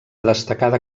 destacada